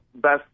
best